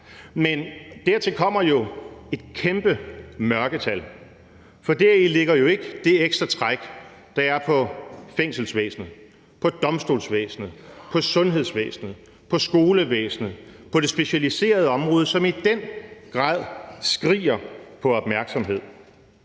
Men dertil kommer jo et kæmpe mørketal, for deri ligger jo ikke det ekstra træk, der er på fængselsvæsenet, på domstolsvæsenet, på sundhedsvæsenet, på skolevæsenet og på det specialiserede område, som i den grad skriger på opmærksomhed.